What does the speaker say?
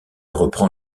reprend